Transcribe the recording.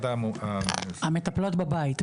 המטפלות בבית,